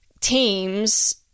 teams